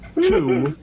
two